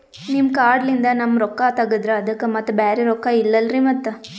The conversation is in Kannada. ನಿಮ್ ಕಾರ್ಡ್ ಲಿಂದ ನಮ್ ರೊಕ್ಕ ತಗದ್ರ ಅದಕ್ಕ ಮತ್ತ ಬ್ಯಾರೆ ರೊಕ್ಕ ಇಲ್ಲಲ್ರಿ ಮತ್ತ?